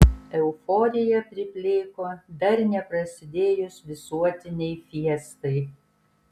euforija priplėko dar neprasidėjus visuotinei fiestai